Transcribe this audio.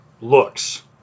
looks